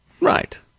right